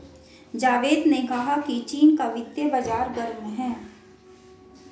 जावेद ने कहा कि चीन का वित्तीय बाजार गर्म है